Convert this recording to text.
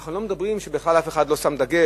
אנחנו בכלל לא מדברים על זה שבכלל אף אחד לא שם דגש,